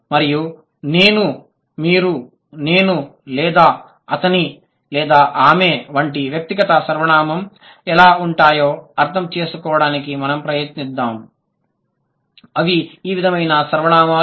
మరియు నేను మీరు నేను లేదా అతను లేదా ఆమె వంటి వ్యక్తిగత సర్వనామం ఎలా ఉంటాయో అర్థం చేసుకోవడానికి మనం ప్రయత్నించాము అవి ఈ విధమైన సర్వనామాలు